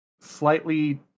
slightly